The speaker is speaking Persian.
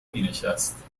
مینشست